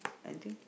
anything